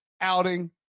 outing